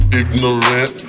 ignorant